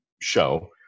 show